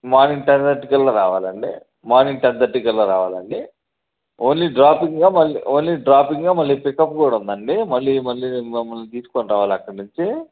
morning ten థర్టీకల్లా రావాలండి morning ten థర్టీకల్లా రావాలండి ఓన్లీ డ్రాపింగా మళ్ళీ ఓన్లీ డ్రాపింగా మళ్ళీ పికప్ కూడా ఉందండి మళ్ళీ మళ్ళీ మమ్మల్ని తీసుకునిరావాలా అక్కడ నుంచి